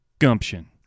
Gumption